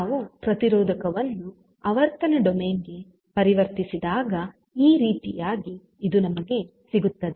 ನಾವು ಪ್ರತಿರೋಧಕವನ್ನು ಆವರ್ತನ ಡೊಮೇನ್ ಗೆ ಪರಿವರ್ತಿಸಿದಾಗ ಈ ರೀತಿಯಾಗಿ ಇದು ನಮಗೆ ಸಿಗುತ್ತದೆ